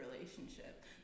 relationship